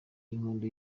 y’inkondo